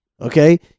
Okay